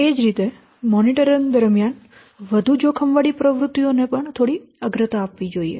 એ જ રીતે મોનીટરીંગ દરમિયાન વધુ જોખમવાળી પ્રવૃત્તિઓને પણ થોડી અગ્રતા આપવી જોઈએ